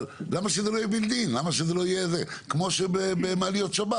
אבל למה שזה לא יהיה כבר מובנה, כמו מעליות שבת?